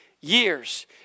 years